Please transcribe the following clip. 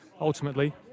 ultimately